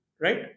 right